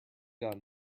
done